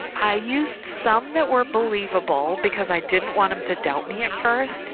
i used some that were believable, because i didn't want them to doubt me at first.